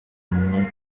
none